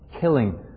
killing